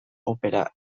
opera